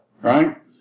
Right